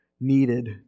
needed